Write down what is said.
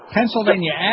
Pennsylvania